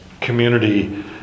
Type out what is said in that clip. community